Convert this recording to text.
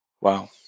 Wow